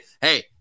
hey